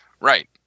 right